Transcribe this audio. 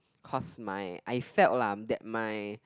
cause my I felt lah that my